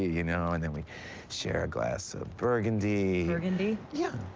you know? and then we'd share a glass of burgundy. burgundy? yeah.